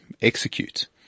execute